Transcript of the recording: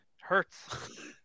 hurts